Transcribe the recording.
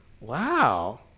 Wow